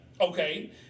okay